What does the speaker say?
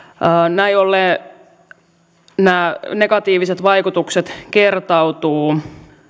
näin ollen nämä negatiiviset vaikutukset kertautuvat